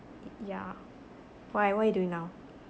yeah why what you doing now